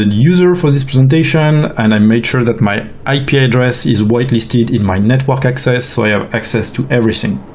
and user for this presentation and i made sure that my ip yeah address is whitelisted in my network access so i have access to everything.